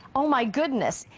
oh my goodness!